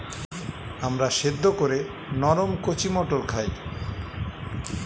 আমরা সেদ্ধ করে নরম কচি মটর খাই